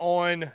on